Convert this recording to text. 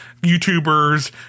YouTubers